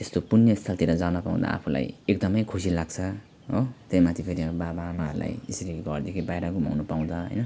त्यस्तो पुण्य स्थलतिर जान पाउँदा हामीलाई एकदमै खुसी लाग्छ हो त्यहीमाथि फेरि हाम्रो बाबाआमाहरूलाई यसरी घरदेखि बाहिर घुमाउनु पाउँदा हैन